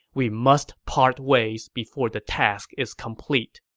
we must part ways before the task is complete.